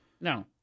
no